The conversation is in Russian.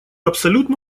абсолютно